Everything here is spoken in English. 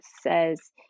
says